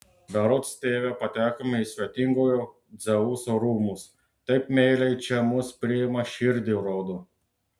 berods tėve patekome į svetingojo dzeuso rūmus taip meiliai čia mus priima širdį rodo